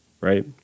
right